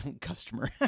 customer